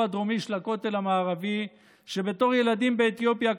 הדרומי של הכותל המערבי שבתור ילדים באתיופיה,